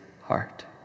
heart